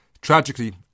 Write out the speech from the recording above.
Tragically